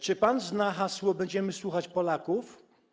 Czy pan zna hasło: Będziemy słuchać Polaków?